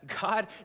God